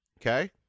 Okay